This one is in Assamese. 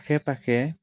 আশে পাশে